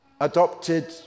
adopted